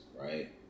right